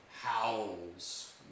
howls